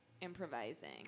improvising